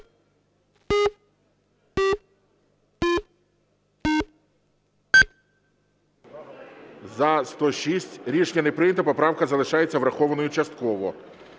За-106 Рішення не прийнято. Поправка залишається врахованою частково.